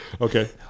Okay